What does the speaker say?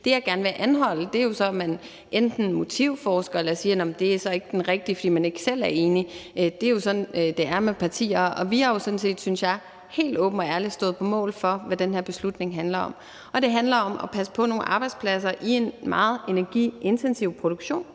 Det, jeg gerne vil anholde, er, at man enten motivforsker eller siger, at det ikke er den rigtige løsning, fordi man ikke selv er enig. Det er jo sådan, det er med partier. Vi har sådan set, synes jeg, helt åbent og ærligt stået på mål for, hvad den her beslutning handler om, og det handler om at passe på nogle arbejdspladser i en meget energiintensiv produktion,